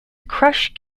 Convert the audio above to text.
crush